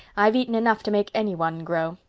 i've eaten enough to make anyone grow.